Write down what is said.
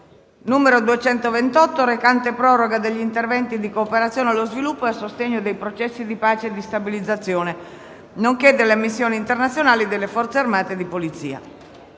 n. 228, recante proroga degli interventi di cooperazione allo sviluppo e a sostegno dei processi di pace e di stabilizzazione, nonché delle missioni internazionali delle forze armate e di polizia***